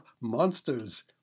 monsters